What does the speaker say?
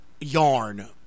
yarn